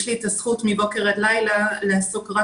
יש לי הזכות מבוקר עד לילה לעסוק רק